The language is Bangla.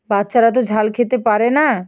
বাচ্চারা তো ঝাল খেতে পারে না